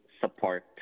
support